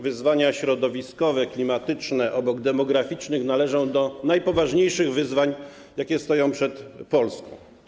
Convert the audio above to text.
Wyzwania środowiskowe, klimatyczne obok demograficznych należą do najpoważniejszych wyzwań, jakie stoją przed Polską.